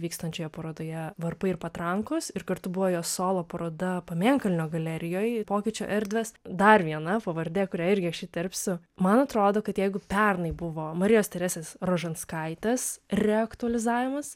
vykstančioje parodoje varpai ir patrankos ir kartu buvo jos solo paroda pamėnkalnio galerijoj pokyčių erdvės dar viena pavardė kuria irgi aš įterpsiu man atrodo kad jeigu pernai buvo marijos teresės rožanskaitės reaktualizavimas